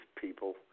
people